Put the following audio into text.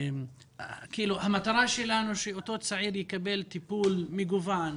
כאשר המטרה שלנו היא שאותו צעיר יקבל טיפול מגוון,